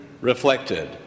reflected